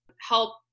help